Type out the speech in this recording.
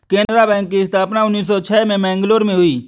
Canara bank की स्थापना उन्नीस सौ छह में मैंगलोर में हुई